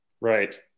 Right